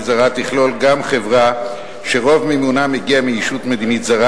זרה תכלול גם חברה שרוב מימונה מגיע מישות מדינית זרה,